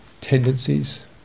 tendencies